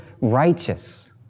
righteous